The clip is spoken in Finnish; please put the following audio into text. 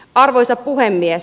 arvoisa puhemies